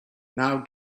now